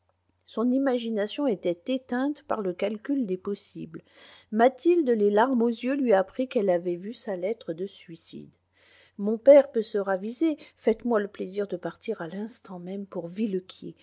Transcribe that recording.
son imagination était éteinte par le calcul des possibles mathilde les larmes aux yeux lui apprit qu'elle avait vu sa lettre de suicide mon père peut se raviser faites-moi le plaisir de partir à l'instant même pour